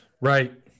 Right